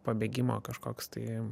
pabėgimo kažkoks tai